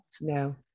no